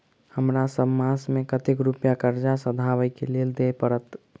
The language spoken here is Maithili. हमरा सब मास मे कतेक रुपया कर्जा सधाबई केँ लेल दइ पड़त?